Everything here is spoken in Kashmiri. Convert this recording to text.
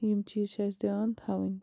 یِم چیٖز چھِ اسہِ دھیٛان تھاوٕنۍ